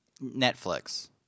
Netflix